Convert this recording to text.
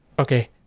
Okay